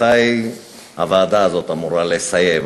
מתי הוועדה הזאת אמורה לסיים?